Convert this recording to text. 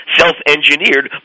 self-engineered